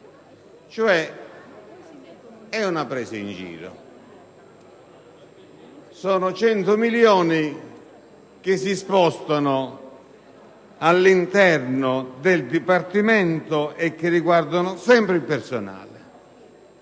cioè, di una presa in giro: sono 100 milioni di euro che si spostano all'interno del dipartimento e che riguardano sempre il personale.